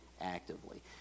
actively